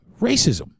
racism